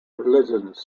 religions